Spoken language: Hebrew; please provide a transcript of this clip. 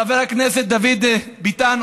חבר הכנסת דוד ביטן,